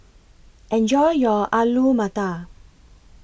Enjoy your Alu Matar